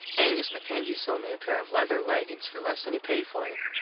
angus mackenzie sold me a pair of leather leggins for less than he paid for them.